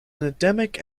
endemic